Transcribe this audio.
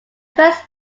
first